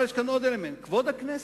אבל יש כאן עוד אלמנט: כבוד הכנסת.